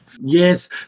Yes